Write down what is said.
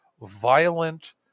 violent